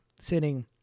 sitting